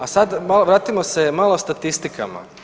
A sad vratimo se malo statistikama.